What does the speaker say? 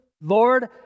Lord